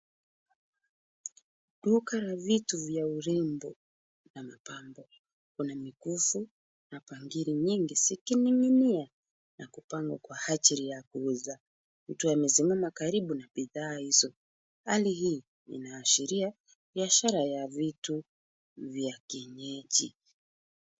Duka la vitu vya urembo yamepangwa kuna mikufu na bangili nyingi zikining'inia na kupangwa kwa ajili ya kuuzwa ,mtu amesimama karibu na bidhaa hizo ,hali hii inaashiria biashara ya vitu vya kienyeji .